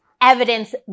evidence